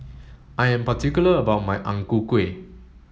I am particular about my Ang Ku Kueh